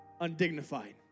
undignified